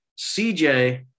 CJ